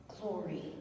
glory